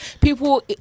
people